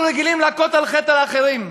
אנחנו רגילים להכות על חטא על האחרים,